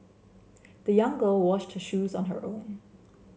the young girl washed her shoes on her own